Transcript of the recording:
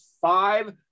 five